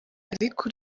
ariko